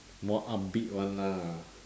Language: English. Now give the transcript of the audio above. more upbeat one lah